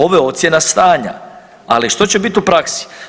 Ovo je ocjena stanja, ali što će biti u praksi.